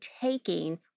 taking